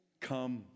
come